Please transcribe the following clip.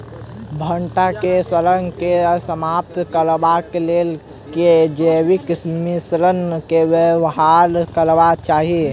भंटा केँ सड़न केँ समाप्त करबाक लेल केँ जैविक मिश्रण केँ व्यवहार करबाक चाहि?